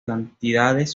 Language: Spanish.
cantidades